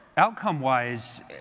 Outcome-wise